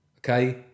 Okay